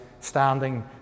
standing